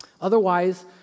Otherwise